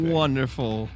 wonderful